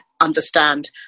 understand